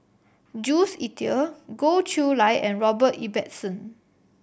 Jules Itier Goh Chiew Lye and Robert Ibbetson